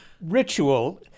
ritual